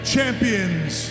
Champions